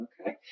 Okay